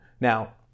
Now